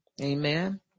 Amen